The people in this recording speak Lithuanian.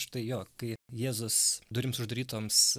štai jo kai jėzus durims uždarytoms